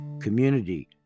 community